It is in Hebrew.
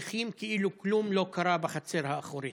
ממשיכים כאילו כלום לא קרה בחצר האחורית.